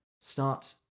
start